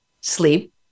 sleep